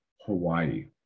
Hawaii